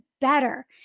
better